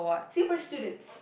Singaporean students